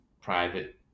private